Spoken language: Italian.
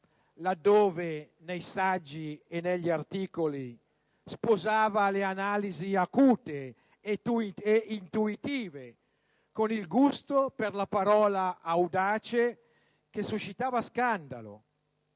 dove, nei saggi e negli articoli, sposava le analisi acute e intuitive con il gusto per la parola audace che suscitava scandalo.